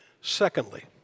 Secondly